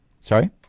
Sorry